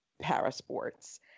para-sports